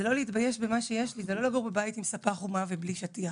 זה לא להתבייש במה שיש לי וזה לא לגור בבית עם ספה חומה ובלי שטיח.